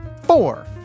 Four